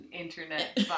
internet